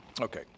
Okay